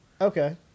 Okay